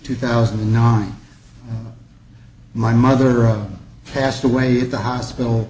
two thousand and nine my mother a passed away at the hospital